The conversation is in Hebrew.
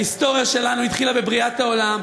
ההיסטוריה שלנו התחילה בבריאת העולם,